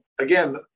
Again